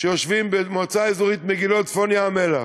שיושבים במועצה אזורית מגילות בצפון ים-המלח,